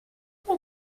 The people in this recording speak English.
what